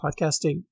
Podcasting